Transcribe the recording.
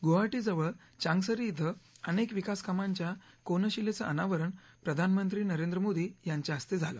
गुवाहाटी जवळ चांगसरी इथं अनेक विकासकामांच्या कोनशिलेचं अनावरण प्रधानमंत्री नरेंद्र मोदी यांच्या हस्ते झालं